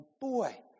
boy